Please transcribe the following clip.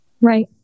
Right